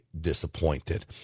disappointed